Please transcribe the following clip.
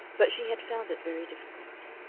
but she had found it very difficult.